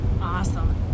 Awesome